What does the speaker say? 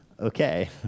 Okay